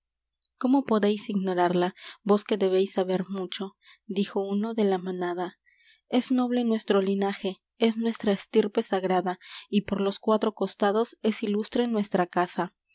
o podéis ignorarla vos que debéis saber mucho dijo uno de la manada es noble nuestro linaje es nuestra estirpe sagrada y por los cuatro costados es ilustre nuestra casa